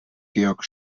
georg